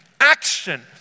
action